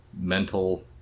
mental